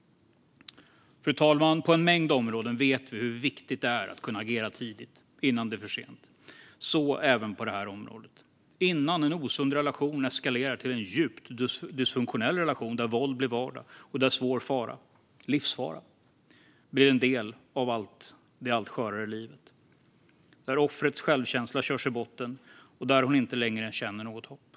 Fru talman! På en mängd områden vet vi hur viktigt det är att kunna agera tidigt, innan det är för sent, så även på det här området. Det är viktigt att kunna agera innan en osund relation eskalerar till en djupt dysfunktionell relation där våld blir vardag och där svår fara - livsfara - blir en del av det allt skörare livet, där offrets självkänsla körs i botten och hon inte längre känner något hopp.